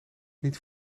niet